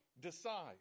decide